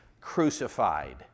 crucified